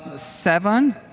seven